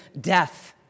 death